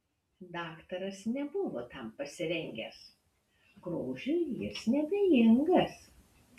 daktaras nebuvo tam pasirengęs grožiui jis neabejingas